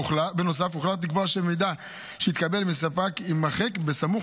הוחלט לקבוע שמידע שיתקבל מספק יימחק בסמוך